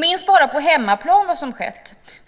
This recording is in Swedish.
Minns bara vad som har hänt på hemmaplan.